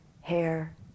hair